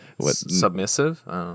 submissive